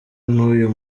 n’uyu